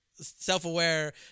self-aware